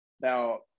Now